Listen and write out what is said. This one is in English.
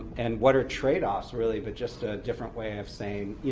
and what are tradeoffs, really, but just a different way of saying,